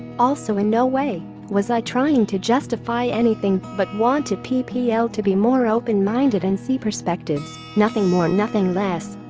also in no way was i trying to justify anything but wanted ppl to be more open minded and see perspectives, nothing more nothing less.